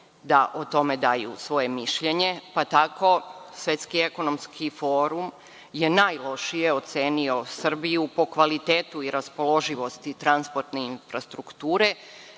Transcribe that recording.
da o tome daju svoje mišljenje, pa tako Svetski ekonomski forum je najlošije ocenio Srbiju po kvalitetu i raspoloživosti transportne infrastrukture